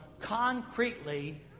concretely